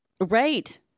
Right